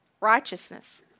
Righteousness